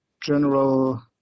general